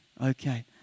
Okay